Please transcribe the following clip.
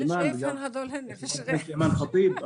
שמעתי את חברת הכנסת אימאן ח'טיב.